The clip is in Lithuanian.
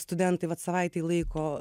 studentai vat savaitei laiko